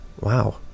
Wow